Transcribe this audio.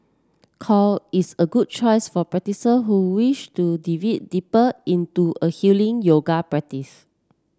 core is a good choice for who wish to delve deeper into a healing yoga practice